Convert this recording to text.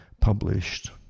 Published